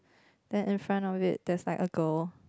then in front of it there's like a girl